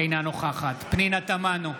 אינה נוכחת פנינה תמנו,